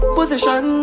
Position